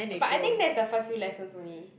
but I think that's the first few lessons only